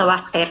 תחילה,